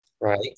right